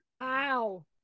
Wow